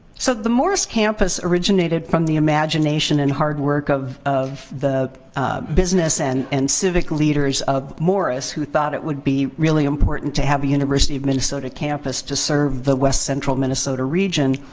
so, the morris campus originated from the imagination and hard work of of the business and and civic leaders of morris who thought it would be really important to have a university of minnesota campus to serve the west central minnesota region.